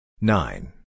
Nine